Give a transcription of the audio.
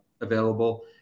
available